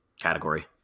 category